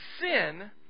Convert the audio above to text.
sin